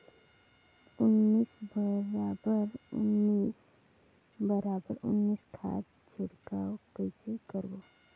उन्नीस बराबर उन्नीस बराबर उन्नीस खाद छिड़काव कइसे करबो?